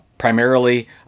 primarily